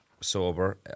sober